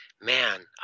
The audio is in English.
man